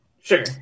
Sure